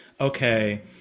okay